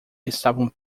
estavam